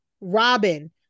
Robin